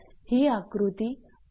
ही आकृती 8 आहे